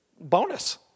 bonus